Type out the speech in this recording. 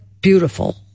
beautiful